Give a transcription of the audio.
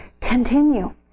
Continue